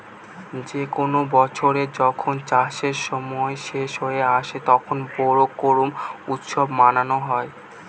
যে কোনো বছরে যখন চাষের সময় শেষ হয়ে আসে, তখন বোরো করুম উৎসব মানানো হয়